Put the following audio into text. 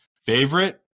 favorite